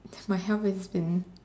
my health has been